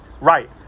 right